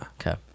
Okay